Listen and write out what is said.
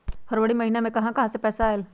फरवरी महिना मे कहा कहा से पैसा आएल?